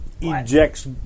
ejects